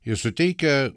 ir suteikia